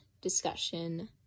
discussion